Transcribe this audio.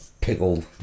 Pickled